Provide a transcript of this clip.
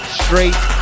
straight